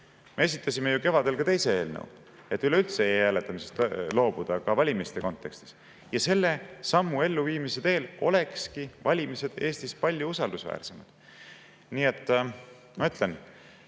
Me esitasime kevadel ka teise eelnõu, et üleüldse e‑hääletamisest loobuda, ka valimiste kontekstis. Selle sammu elluviimisega olekski valimised Eestis palju usaldusväärsemad. Palju raskem